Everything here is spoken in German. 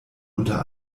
unter